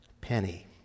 penny